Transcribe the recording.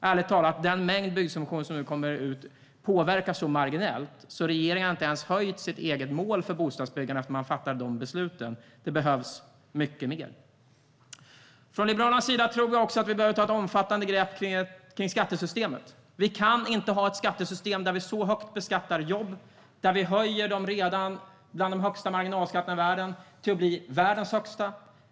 Ärligt talat, den mängd byggsubventioner som nu kommer påverkar så marginellt att regeringen inte ens har höjt sitt eget mål för bostadsbyggandet efter det att beslutet fattades. Det behövs mycket mer. Liberalerna tror att vi behöver ta ett omfattande grepp om skattesystemet. Vi kan inte ha ett skattesystem där vi beskattar jobb hårt och där vi höjer marginalskatterna, som redan är bland de högsta i världen, så att de blir världens högsta.